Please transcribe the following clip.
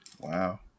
Wow